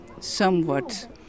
somewhat